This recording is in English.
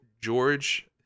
George